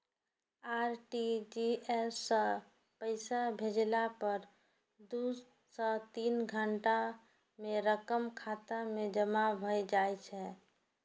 RTGS सं पैसा भेजला पर दू सं तीन घंटा मे रकम खाता मे जमा भए जाइ छै